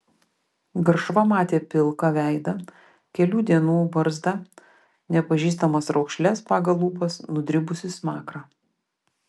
garšva matė pilką veidą kelių dienų barzdą nepažįstamas raukšles pagal lūpas nudribusį smakrą